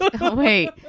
wait